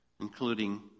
including